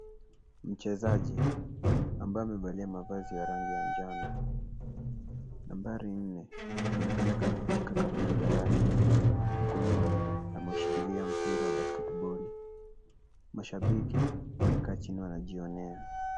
Mchezaji ambaye amevalia mavazi ya rangi ya njano. Nambari nne inaonekana katika kaptura yake. Mkononi ameushikilia mpira wa basketball .Mashabiki wamekaa chini wanajionea.